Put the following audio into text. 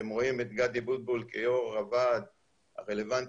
אתם רואים את גדי בוטבול כיו"ר הוועד הרלוונטי,